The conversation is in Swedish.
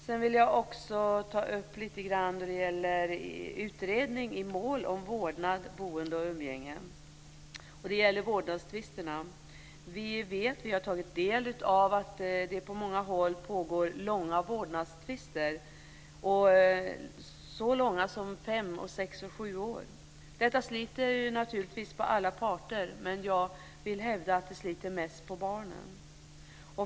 Jag vill också ta upp lite grann om utredning i mål om vårdnad, boende och umgänge. Det gäller vårdnadstvisterna. Vi har tagit del av att det på många håll pågår långa vårdnadstvister, så långa som fem, sex och sju år. Detta sliter naturligtvis på alla parter, men jag vill hävda att det sliter mest på barnen.